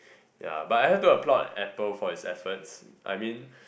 ya but I have to applaud apple for it's efforts I mean